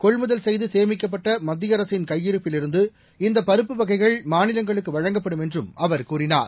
கொள்முதல் செய்து சேமிக்கப்பட்ட மத்திய அரசின் கையிருப்பிலிருந்து இந்தப் பருப்பு வகைகள் மாநிலங்களுக்கு வழங்கப்படும் என்றும் அவர் கூறினார்